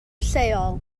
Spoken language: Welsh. lleol